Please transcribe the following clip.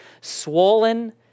swollen